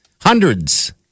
Hundreds